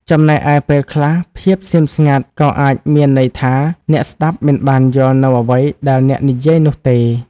ចំណែកឯ ពេលខ្លះ ភាពស្ងៀមស្ងាត់ក៏អាចមានន័យថាអ្នកស្តាប់មិនបានយល់នូវអ្វីដែលអ្នកនិយាយនោះទេ។